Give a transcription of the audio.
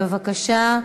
בבקשה,